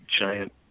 giant